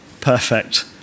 perfect